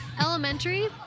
Elementary